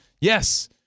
Yes